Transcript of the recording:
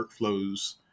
workflows